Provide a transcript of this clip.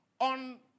on